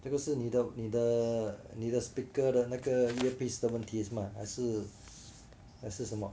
这个是你的你的你的 speaker 的那个 earpiece 的问题是吗还是还是什么